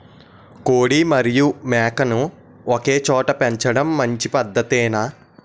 కోడి మరియు మేక ను ఒకేచోట పెంచడం మంచి పద్ధతేనా?